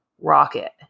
rocket